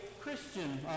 Christian